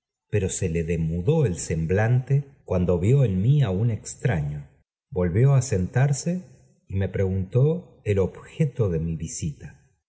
pero se le demudó el semblante cilandó vid en mí un extraño volvió ó sentarse y me preguntó el objeto de mi visita